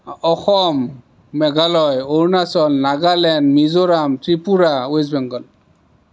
Assam Meghalaya Arunachal Nagaland Mizoram Tripura West Bengal